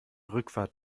rückfahrt